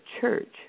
Church